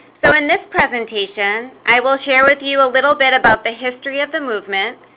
so in this presentation i will share with you a little bit about the history of the movement,